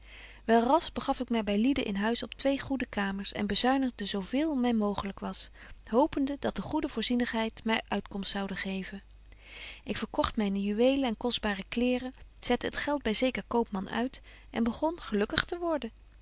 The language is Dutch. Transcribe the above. wel ras begaf ik my by lieden in huis op twee goede kamers en bezuinigde zo veel my mooglyk was hopende dat de goede voorzienigheid my uitkomst zoude geven ik verkogt myne juwelen en kostbare kleêren zette het geld by zeker koopman uit en begon gelukkig te worden